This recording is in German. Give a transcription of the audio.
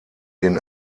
den